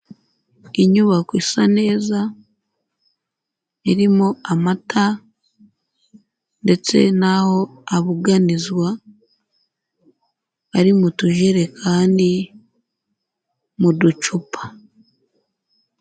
Inyubako isa neza, irimo amata ndetse n'aho abuganizwa, ari mu tujerekani, mu ducupa.